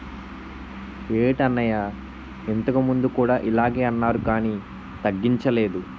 ఏటన్నయ్యా ఇంతకుముందు కూడా ఇలగే అన్నారు కానీ తగ్గించలేదు